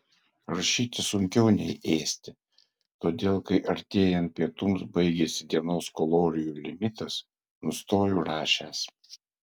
rašyti sunkiau nei ėsti todėl kai artėjant pietums baigiasi dienos kalorijų limitas nustoju rašęs